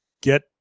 get